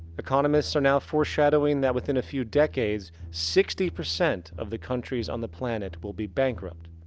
economists are now foreshadowing that within a few decades sixty percent of the countries on the planet will be bankrupt.